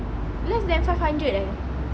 less than five hundred eh